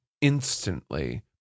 instantly